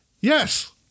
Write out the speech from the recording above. yes